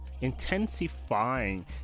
intensifying